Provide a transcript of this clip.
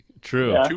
True